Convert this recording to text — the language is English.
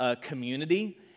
community